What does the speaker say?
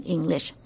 English